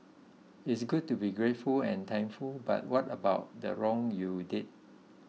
it's good to be grateful and thankful but what about the wrong you did